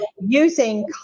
using